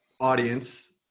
audience